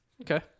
Okay